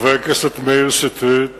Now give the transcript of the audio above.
חבר הכנסת מאיר שטרית